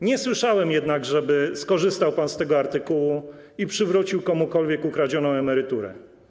Nie słyszałem jednak, żeby skorzystał pan z tego artykułu i przywrócił komukolwiek ukradzioną emeryturę.